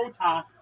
Botox